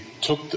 took